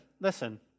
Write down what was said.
listen